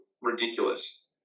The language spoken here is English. ridiculous